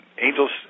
angels